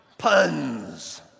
Puns